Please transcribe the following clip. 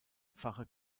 pfarre